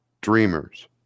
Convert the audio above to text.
dreamers